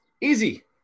easy